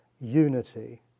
unity